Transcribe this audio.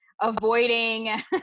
avoiding